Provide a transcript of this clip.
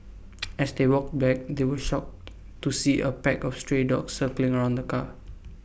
as they walked back they were shocked to see A pack of stray dogs circling around the car